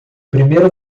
primeiro